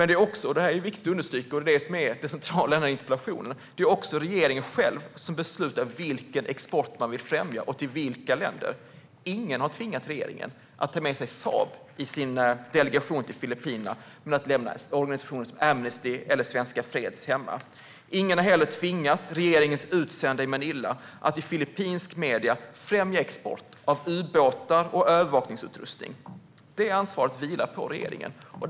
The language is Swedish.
Det är också regeringen själv - det är viktigt att understryka, och det centrala i interpellationen - som beslutar vilken export man vill främja och till vilka länder. Ingen har tvingat regeringen att ta med sig Saab i sin delegation till Filippinerna men att lämna organisationer som Amnesty eller Svenska Freds hemma. Ingen har heller tvingat regeringens utsände i Manila att i filippinska medier främja export av ubåtar och övervakningsutrustning. Det ansvaret vilar på regeringen.